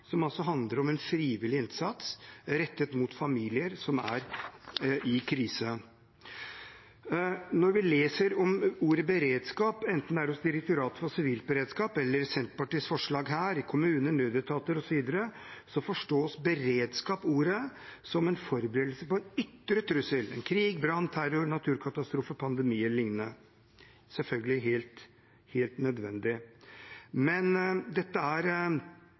som handler om en frivillig innsats rettet mot familier som er i krise. Når vi leser om ordet «beredskap», enten det er hos Direktoratet for samfunnssikkerhet og beredskap, i Senterpartiets forslag her, eller i kommuner, nødetater osv. så forstås ordet «beredskap» som en forberedelse på en ytre trussel – krig, brann, terror, naturkatastrofe, pandemi e.l. – selvfølgelig helt nødvendig. Men denne beredskapstenkningen inkluderer ikke det stedet der sannsynligheten er